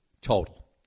total